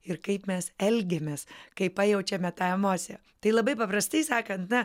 ir kaip mes elgiamės kai pajaučiame tą emociją tai labai paprastai sakant na